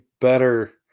better –